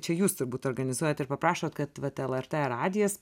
čia jūs turbūt organizuojat ir paprašot vat kad lrt radijas